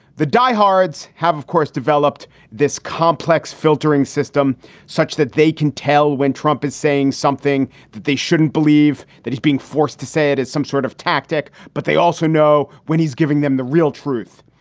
the diehards have, of course, developed this complex filtering system such that they can tell when trump is saying something that they shouldn't believe, that he's being forced to say it is some sort of tactic. but they also know when he's giving them the real truth,